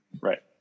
Right